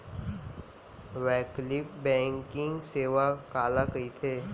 वैकल्पिक बैंकिंग सेवा काला कहिथे?